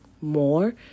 more